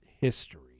history